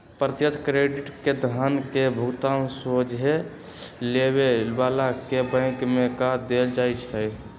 प्रत्यक्ष क्रेडिट में धन के भुगतान सोझे लेबे बला के बैंक में कऽ देल जाइ छइ